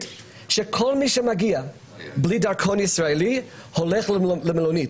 שכל מי שמגיע בלי דרכון ישראלי הולך למלונית